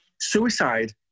suicide